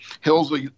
Hills